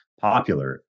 popular